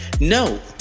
no